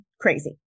crazy